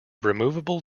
removable